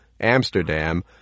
Amsterdam